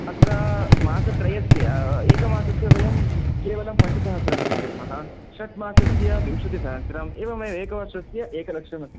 अत्र मासत्रयस्य एकमासस्य वयं केवलं पञ्चसहस्त्रं स्वीकुर्मः षट् मासस्य विंशतिसहस्त्रम् एवमेव एकवर्षस्य एकलक्षम्